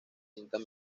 cintas